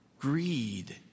Greed